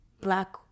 black